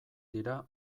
dira